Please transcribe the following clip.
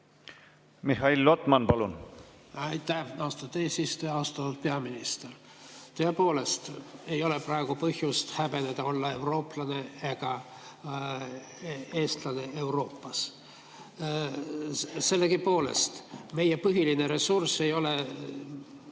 Mihhail Lotman, palun! Aitäh, austatud eesistuja! Austatud peaminister! Tõepoolest ei ole praegu põhjust häbeneda olla eurooplane või eestlane Euroopas. Sellegipoolest meie põhiline ressurss ei ole